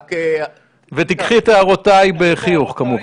ותיקחי את הערותיי בחיוך, כמובן.